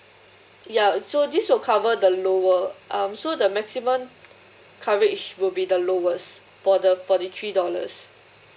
ya so this will cover the lower um so the maximum coverage will be the lowest for the forty three dollars